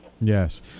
Yes